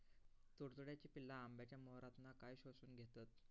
तुडतुड्याची पिल्ला आंब्याच्या मोहरातना काय शोशून घेतत?